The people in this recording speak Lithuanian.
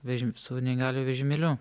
vežime su neįgaliojo vežimėliu